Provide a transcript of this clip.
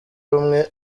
rumwe